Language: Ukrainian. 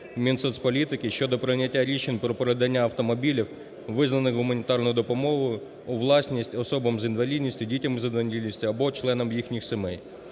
Мінсоцполітки щодо прийняття рішень про передання автомобілів, визнаних гуманітарною допомогою, у власність особам з інвалідністю, дітям з інвалідністю або членам їхніх сімей.